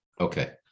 okay